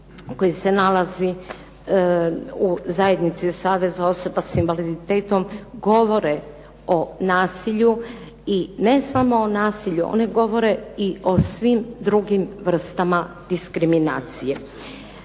koji se nalazi u Zajednici saveza osoba s invaliditetom govore o nasilju i ne samo o nasilju, one govore i o svim drugim vrstama diskriminacije.